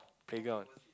playground